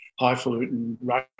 highfalutin